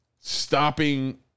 stopping